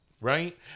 right